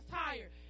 tired